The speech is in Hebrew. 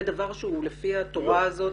זה דבר שהוא לפי התורה הזאת